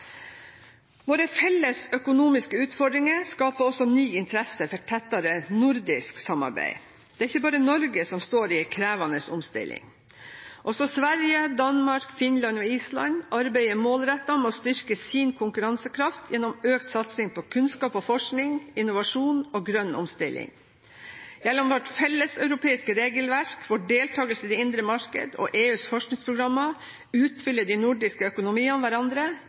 Våre felles økonomiske utfordringer skaper også ny interesse for tettere nordisk samarbeid. Det er ikke bare Norge som står i en krevende omstilling. Også Sverige, Danmark, Finland og Island arbeider målrettet med å styrke sin konkurransekraft gjennom økt satsing på kunnskap og forskning, innovasjon og grønn omstilling. Gjennom vårt felleseuropeiske regelverk, vår deltakelse i det indre marked og EUs forskningsprogrammer utfyller de nordiske økonomiene hverandre